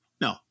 no